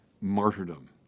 martyrdom